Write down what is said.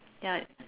ya